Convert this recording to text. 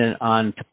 on